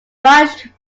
rushed